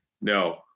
no